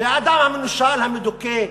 והאדם המנושל, המדוכא,